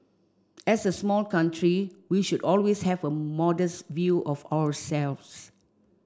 as a small country we should always have a modest view of ourselves